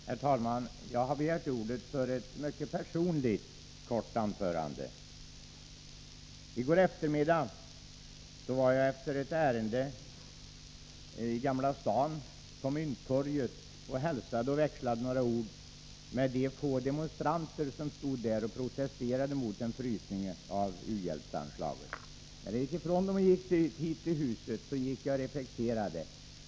Herr talman! Jag har begärt ordet för ett mycket personligt kort anförande. I går eftermiddag var jag efter ett ärende i Gamla stan på Mynttorget och hälsade på och växlade några ord med de få demonstranter som stod där och protesterade mot en frysning av u-hjälpsanslaget. När jag gick därifrån för att gå till riksdagshuset, gick jag och reflekterade.